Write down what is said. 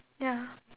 ya